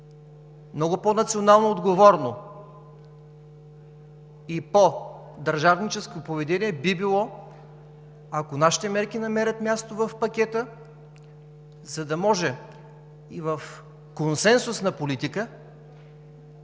много по-националноотговорно и по-държавническо поведение би било, ако нашите мерки намерят място в пакета, за да може и в консенсусна политика